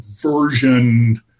version